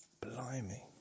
blimey